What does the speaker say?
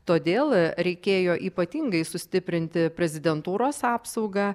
todėl reikėjo ypatingai sustiprinti prezidentūros apsaugą